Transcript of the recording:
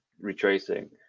retracing